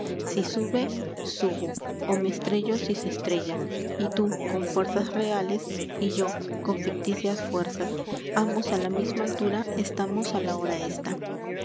si sube subo ó me estrello si se estrella y t ú con fuerzas reales y yo con ficticias fuerzas ambos á la misma altura estamos á la hora esta